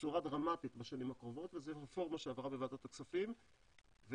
בצורה דרמטית בשנים הקרובות וזו רפורמה שעברה בוועדת הכספים וזה